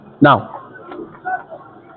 Now